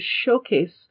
showcase